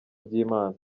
ry’imana